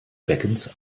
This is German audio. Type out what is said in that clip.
beckens